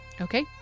Okay